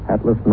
Atlas